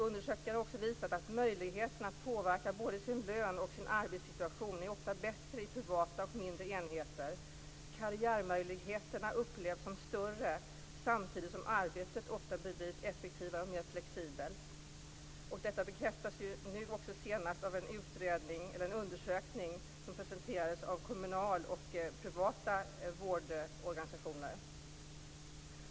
Undersökningar har också visat att möjligheterna att påverka både sin lön och sin arbetssituation ofta är bättre i privata och mindre enheter. Karriärmöjligheterna upplevs som större samtidigt som arbetet ofta bedrivs effektivare och mer flexibelt. Detta bekräftades ju nu senast också av en undersökning som presenterades av Kommunal och av privata vårdorganisationer.